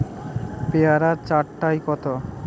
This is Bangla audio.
পেয়ারা চার টায় কত?